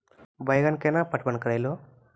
बैंगन केना पटवन करऽ लो?